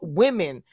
women